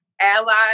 allies